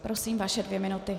Prosím, vaše dvě minuty.